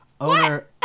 Owner